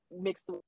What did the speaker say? mixed